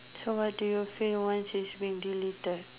so what do you feel once it's been deleted